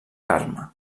carme